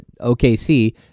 OKC